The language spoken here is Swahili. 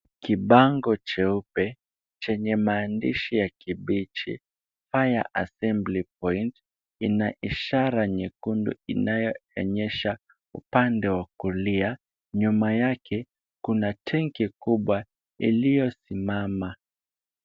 Kibango cheupe chenye maandishi ya kibichi Fire assembly Point kina ishara nyekundu inayoonyesha upande wa kulia. Nyuma yake kuna tenki kubwa iliyosimama.